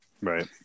Right